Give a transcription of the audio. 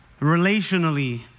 relationally